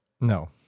No